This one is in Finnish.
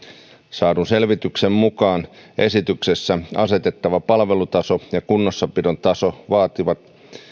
saadun selvityksen mukaan esityksessä asetettava palvelutaso ja kunnossapidon taso vaativat